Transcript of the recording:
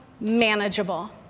manageable